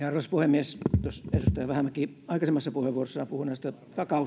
arvoisa puhemies tuossa edustaja vähämäki aikaisemmassa puheenvuorossaan puhui näistä